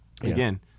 again